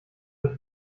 mit